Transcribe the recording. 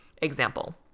example